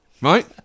right